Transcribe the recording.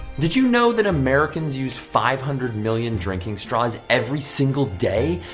did you know that americans use five hundred million drinking straws every single day?